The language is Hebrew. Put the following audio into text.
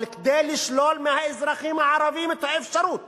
אבל כדי לשלול מהאזרחים הערבים את האפשרות